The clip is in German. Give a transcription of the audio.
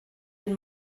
den